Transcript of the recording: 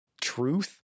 truth